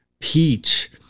peach